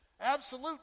absolute